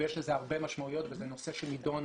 ויש לזה הרבה משמעויות וזה נושא שנדון